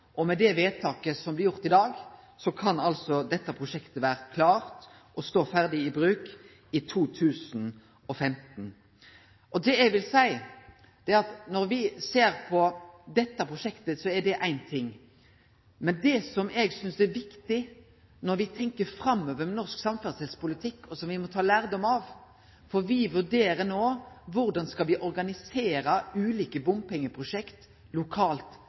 og med det vedtaket som blir gjort i dag, kan dette prosjektet vere klart og stå ferdig til bruk i 2015. Eg vil seie at når me ser på dette prosjektet, er det éin ting eg synest er viktig når me tenkjer framover for norsk samferdselspolitikk, og som me må ta lærdom av. Det er at me no vurderer korleis me skal organisere ulike bompengeprosjekt lokalt,